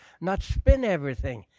not spin everything.